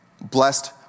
Blessed